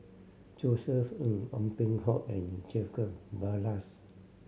Josef Ng Ong Peng Hock and Jacob Ballas